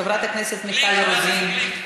חבר הכנסת מיכל רוזין,